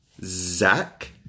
Zach